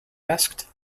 asked